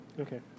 Okay